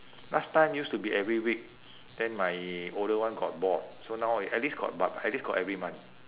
last time used to be every week then my older one got bored so now a~ at least got but at least got every month